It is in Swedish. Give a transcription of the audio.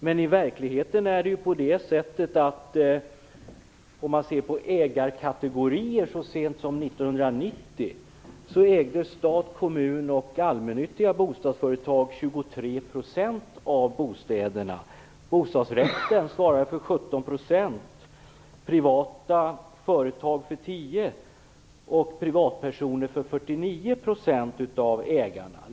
Men i verkligheten är det så att stat, kommun och allmännyttiga bostadsföretag så sent som 1990 ägde 23 % av bostäderna, medan bostadsrätten svarade för 17 %, privata företag för 10 % och privatpersoner för 49 % av ägandet.